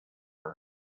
her